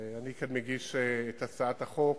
אני כאן מגיש את הצעת החוק